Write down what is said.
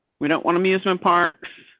we don't want amusement parks.